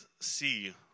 see